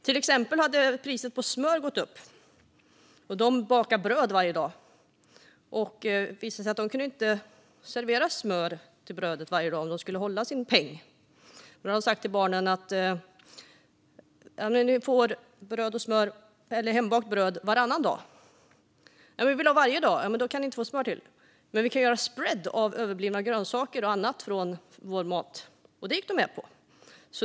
Till exempel bakade de dagligen bröd men hade inte råd att bjuda på smör till brödet varje dag eftersom smöret blivit dyrare och de måste hålla budget. De sa till barnen att de skulle få hembakt bröd och smör varannan dag, men barnen ville ha bröd varje dag. Då föreslogs spread av överblivna grönsaker och annat till brödet, och det gick barnen med på.